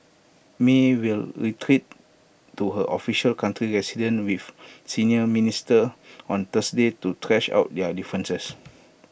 may will retreat to her official country resident with senior minister on Thursday to thrash out their differences